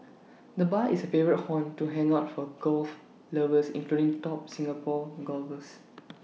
the bar is A favourite haunt to hang out for golf lovers including top Singapore golfers